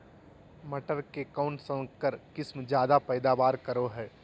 मटर के कौन संकर किस्म जायदा पैदावार करो है?